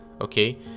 okay